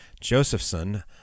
Josephson